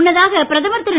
முன்னதாக பிரதமர் திரு